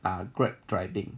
ah grab driving